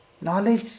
Knowledge